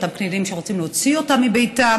אותם קטינים שרוצים להוציא אותם מביתם,